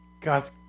God